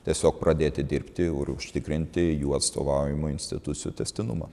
tiesiog pradėti dirbti ir užtikrinti jų atstovaujamų institucijų tęstinumą